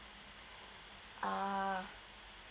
ah